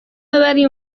ببری